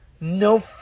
no